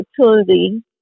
opportunity